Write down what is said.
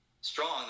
strong